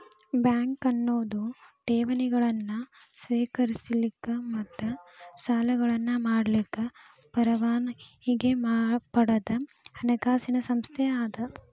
bank ಅನ್ನೊದು ಠೇವಣಿಗಳನ್ನ ಸ್ವೇಕರಿಸಲಿಕ್ಕ ಮತ್ತ ಸಾಲಗಳನ್ನ ಮಾಡಲಿಕ್ಕೆ ಪರವಾನಗಿ ಪಡದ ಹಣಕಾಸಿನ್ ಸಂಸ್ಥೆ ಅದ